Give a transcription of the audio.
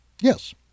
Yes